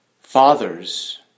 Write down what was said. Fathers